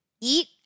eat